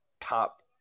top